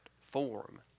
form